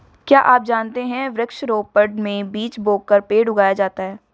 क्या आप जानते है वृक्ष रोपड़ में बीज बोकर पेड़ उगाया जाता है